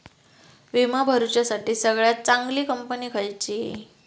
विमा भरुच्यासाठी सगळयात चागंली कंपनी खयची?